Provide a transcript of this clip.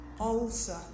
ulcer